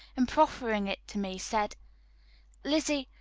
and proffering it to me, said lizzie,